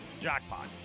Jackpot